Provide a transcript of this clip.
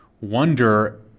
wonder